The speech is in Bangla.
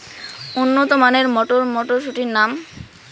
উন্নত মানের মটর মটরশুটির নাম?